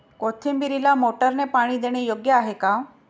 कोथिंबीरीला मोटारने पाणी देणे योग्य आहे का?